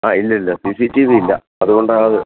ആ ഇല്ലില്ല C C T V ഇല്ല അതുകൊണ്ടാത്